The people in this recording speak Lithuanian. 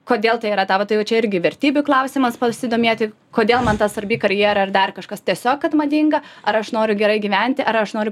kodėl tai yra tavo tai jau čia irgi vertybių klausimas pasidomėti kodėl man ta svarbi karjera ar dar kažkas tiesiog kad madinga ar aš noriu gerai gyventi ar aš noriu